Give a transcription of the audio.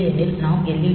இல்லையெனில் நாம் எல்